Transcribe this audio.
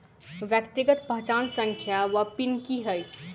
व्यक्तिगत पहचान संख्या वा पिन की है?